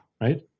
right